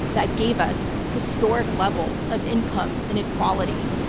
that gave us historic levels of income inequality.